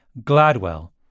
GLADWELL